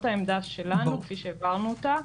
אבל זאת העמדה שלנו כפי שהעברנו אותה.